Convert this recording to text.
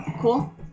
cool